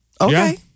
Okay